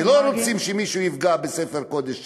ולא רוצים שמישהו יפגע בספר קודש שלכם,